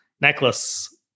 necklace